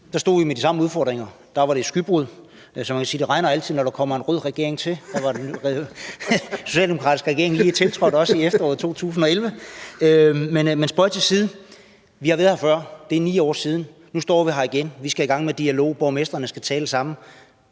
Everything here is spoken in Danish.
2011 stod vi med de samme udfordringer. Der var et skybrud. Så man kan sige, at det altid regner, der kommer en rød regering til – en socialdemokratisk regering var lige tiltrådt, også i efteråret 2011. Men spøg til side. Vi har været der før, det er 9 år siden, nu står vi her igen. Vi skal i gang med en dialog, borgmestrene skal tale sammen.